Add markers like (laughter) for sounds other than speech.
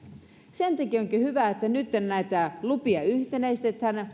sen takia onkin hyvä että nytten näitä lupia yhtenäistetään (unintelligible)